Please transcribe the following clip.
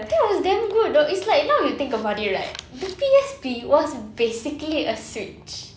that was damn good though it's like now you think about it right the P_S_P was basically a Switch